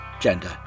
gender